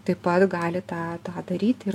taip pat gali tą tą daryti